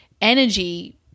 energy